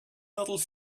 little